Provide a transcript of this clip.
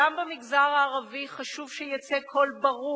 גם במגזר הערבי חשוב שיצא קול ברור